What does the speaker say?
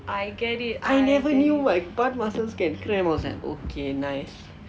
I never knew my butt muscles can cramp I was like okay nice